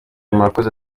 murakoze